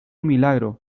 milagro